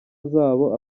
zabo